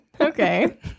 Okay